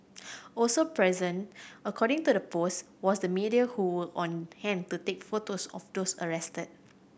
also present according to the post was the media who on hand to take photos of those arrested